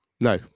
No